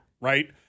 Right